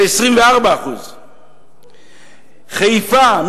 ל-24%; חיפה,